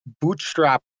bootstrap